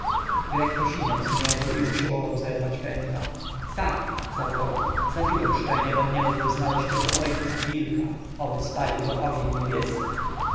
posiniał z gniewu i usiłował zerwać pęta tak zawołał zabiłem szczenię bom nie mógł znaleźć jego ojca wilka oby spalił go ogień niebieski